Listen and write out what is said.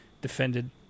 defended